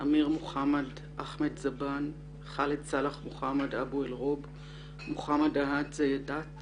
אמיר מוחמד אחמד זבן ח'אלד סאלח מוחמד אבו ארוב מוחמד עאהד זיאדאת